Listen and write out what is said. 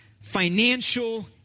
financial